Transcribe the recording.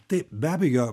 taip be abejo